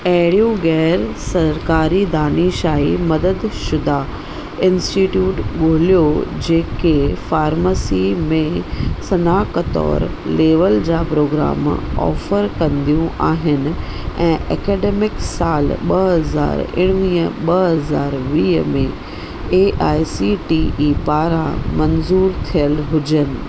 अहिड़ियूं गै़रु सरकारी दानिशाइ मददशुदा इन्स्टिटयूट ॻोल्हियो जेके फ़ार्मसी में स्नात्कोतर लेवल जा प्रोग्राम ऑफर कंदियूं आहिनि ऐं ऐकडेमिक सालु ॿ हज़ार उणिवीह ॿ हज़ार वीह में A I C T E पारां मंज़ूरु थियलु हुजनि